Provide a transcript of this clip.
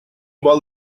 vol